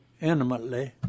intimately